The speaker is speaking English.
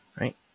right